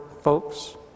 folks